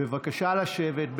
בבקשה לשבת.